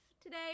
today